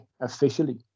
officially